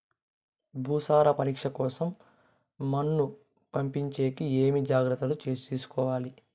భూసార పరీక్ష కోసం మన్ను పంపించేకి ఏమి జాగ్రత్తలు తీసుకోవాలి?